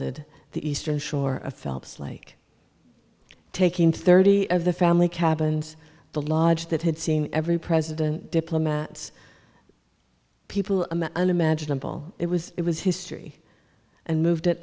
rewilding the eastern shore of phelps like taking thirty of the family cabins the large that had seen every president diplomats people unimaginable it was it was history and moved it